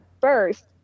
first